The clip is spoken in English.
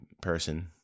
person